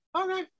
okay